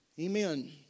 Amen